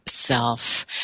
self